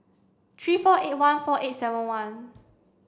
three four eight one four eight seven one